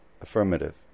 Affirmative